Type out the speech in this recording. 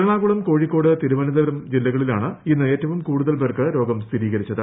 എറണാകുളം കോഴിക്കോട് തിരുവനന്തപുരം ജില്ലകളിലാണ് ഇന്ന് ഏറ്റവും കൂടുതൽ പേർക്ക് രോഗം സ്ഥിരീകരിച്ചത്